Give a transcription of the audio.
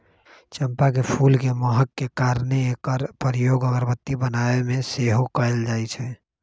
चंपा के फूल के महक के कारणे एकर प्रयोग अगरबत्ती बनाबे में सेहो कएल जाइ छइ